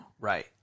Right